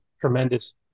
tremendous